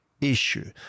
issue